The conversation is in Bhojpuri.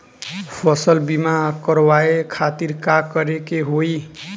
फसल बीमा करवाए खातिर का करे के होई?